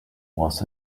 was